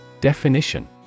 Definition